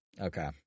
Okay